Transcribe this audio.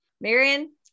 Marion